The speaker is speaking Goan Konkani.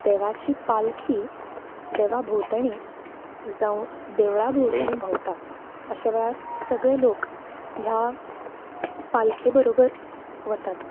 देवाची पालखी देवा भोंवतणी जावं देवळा भोंवतणी भोंवता अशे वेळार सगळें लोक ह्या पालखे बरोबर वतात